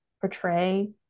portray